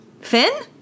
Finn